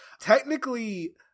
Technically